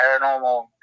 Paranormal